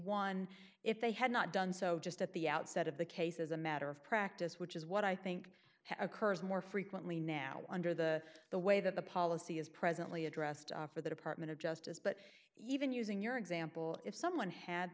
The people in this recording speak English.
dollars if they had not done so just at the outset of the case as a matter of practice which is what i think occurs more frequently now under the the way that the policy is presently addressed for the department of justice but even using your example if someone had